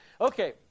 Okay